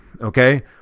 okay